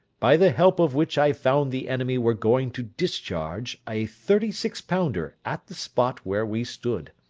by the help of which i found the enemy were going to discharge a thirty-six pounder at the spot where we stood.